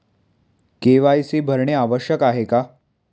KYC भरणे आवश्यक आहे का?